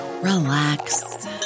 relax